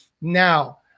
Now